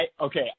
okay